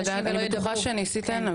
אני בטוחה שניסיתן,